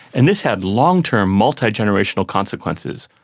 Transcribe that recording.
and this had long-term multigenerational consequences.